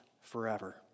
forever